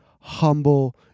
Humble